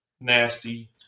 nasty